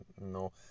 no